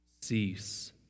Cease